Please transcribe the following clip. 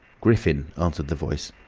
griffin, answered the voice.